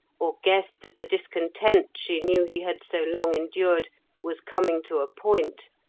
or guessed that the discontent she knew he had so long endured was coming to a point,